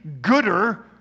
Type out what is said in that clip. gooder